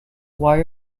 why